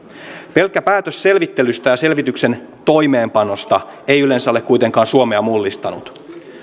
pelkkä päätös selvittelystä ja selvityksen toimeenpanosta ei yleensä ole kuitenkaan suomea mullistanut